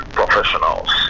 professionals